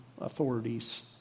authorities